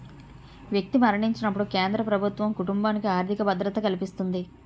వ్యక్తి మరణించినప్పుడు కేంద్ర ప్రభుత్వం కుటుంబానికి ఆర్థిక భద్రత కల్పిస్తుంది